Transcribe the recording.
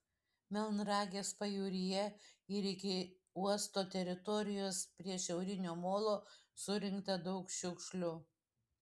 melnragės pajūryje ir iki uosto teritorijos prie šiaurinio molo surinkta daug šiukšlių